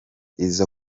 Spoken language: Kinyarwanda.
iza